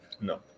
No